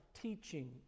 teaching